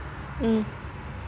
mm